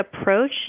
approach